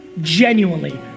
genuinely